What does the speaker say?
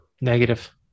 Negative